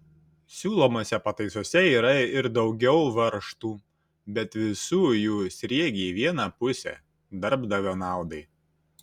siūlomose pataisose yra ir daugiau varžtų bet visų jų sriegiai į vieną pusę darbdavio naudai